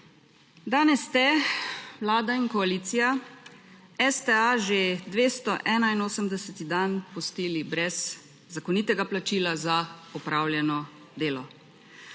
Danes ste Vlada in koalicija STA že 281. dan pustili brez zakonitega plačila za opravljeno delo.